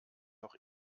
noch